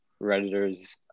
Redditors